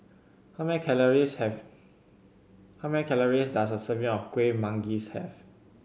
how many calories have how many calories does a serving of Kueh Manggis have